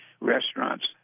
Restaurants